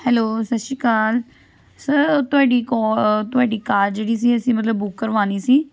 hello ਸਤਿ ਸ਼੍ਰੀ ਅਕਾਲ ਸਰ ਕੋ ਤੁਹਾਡੀ ਕਾਰ ਜਿਹੜੀ ਸੀ ਅਸੀਂ ਮਤਲਬ ਬੁੱਕ ਕਰਵਾਉਣੀ ਸੀ